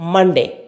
Monday